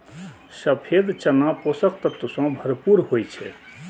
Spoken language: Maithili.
सफेद चना पोषक तत्व सं भरपूर होइ छै